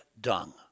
dung